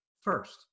first